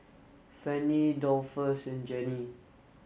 Fannye Dolphus and Jenni